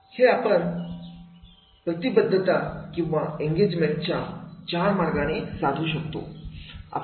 हे आपण प्रतिबद्धता किंवा एंगेजमेंट च्या चार मार्गाने साधू शकतो